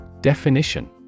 Definition